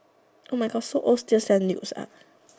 oh my god so old just send nudes